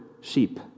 sheep